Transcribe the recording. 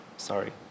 Sorry